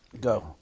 go